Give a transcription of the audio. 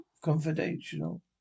confidential